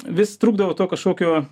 vis trukdavo to kažkokio